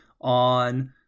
on